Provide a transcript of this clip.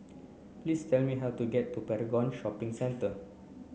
please tell me how to get to Paragon Shopping Centre